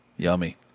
Yummy